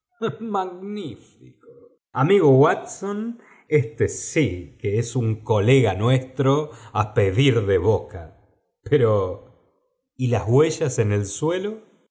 amigo watson éste sí que es l iin colega nuestro á pedir de boca pero y las huellas en el suelo